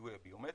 בזיהוי הביומטרי,